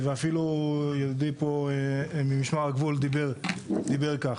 ואפילו ידיד פה ממשמר הגבול דיבר כך.